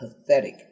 pathetic